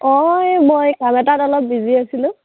অঁ এই মই কাম এটাত অলপ বিজি আছিলোঁ